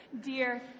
Dear